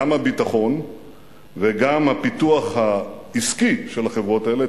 גם הביטחון וגם הפיתוח העסקי של החברות האלה,